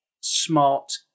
smart